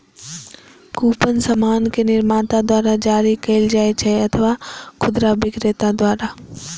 coupon सामान के निर्माता द्वारा जारी कैल जाइ छै अथवा खुदरा बिक्रेता द्वारा